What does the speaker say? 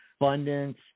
abundance